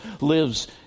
lives